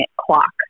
clock